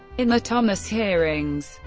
in the thomas hearings,